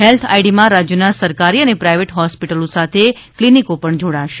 health આઈડીમાં રાજ્યના સરકારી અને પ્રાઈવેટ હોસ્પિટપલ સાથે કિલીનિકો પણ જાડાશે